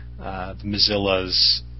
Mozilla's